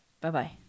Bye-bye